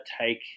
take